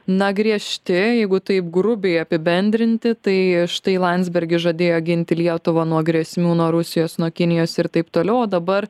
na griežti jeigu taip grubiai apibendrinti tai štai landsbergis žadėjo ginti lietuvą nuo grėsmių nuo rusijos nuo kinijos ir taip toliau o dabar